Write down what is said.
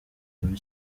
muri